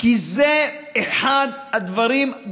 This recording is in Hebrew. כי זה אחד הדברים,